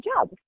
job